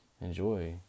enjoy